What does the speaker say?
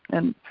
and